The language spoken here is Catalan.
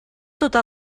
tota